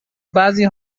بعضی